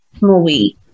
movie